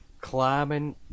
climbing